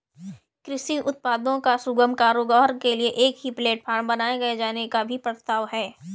कृषि उत्पादों का सुगम कारोबार के लिए एक ई प्लेटफॉर्म बनाए जाने का भी प्रस्ताव है